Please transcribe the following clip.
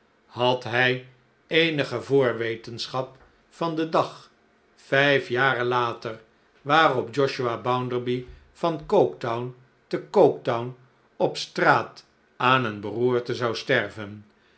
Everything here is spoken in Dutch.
had hij eenige voorwetenschap van den dag vijf jaren later waarop josiah bounderby van coketown te coketown op straat aan een beroerte zou sterven